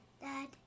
Dad